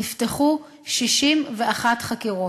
נפתחו 61 חקירות.